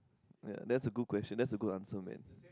ya that's a good question that's a good answer man